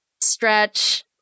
stretch